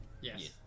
Yes